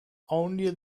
only